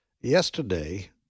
Yesterday